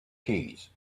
keys